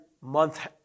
month